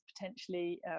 potentially